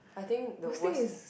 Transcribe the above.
I think the worst